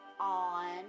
on